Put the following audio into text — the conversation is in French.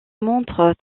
montre